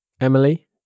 Emily